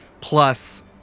plus